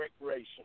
recreation